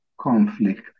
conflict